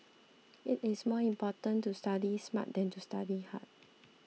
it is more important to study smart than to study hard